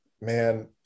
Man